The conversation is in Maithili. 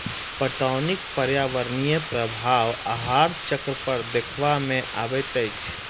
पटौनीक पर्यावरणीय प्रभाव आहार चक्र पर देखबा मे अबैत अछि